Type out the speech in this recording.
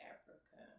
Africa